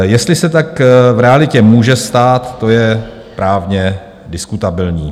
Jestli se tak v realitě může stát, to je právně diskutabilní.